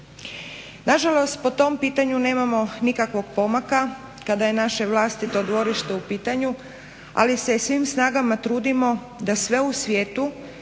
Nažalost po tom pitanju nemam nikakvog pomaka, kada je naše vlastito dvorište u pitanju, ali se svim snagama trudimo da sve u svijetu